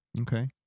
Okay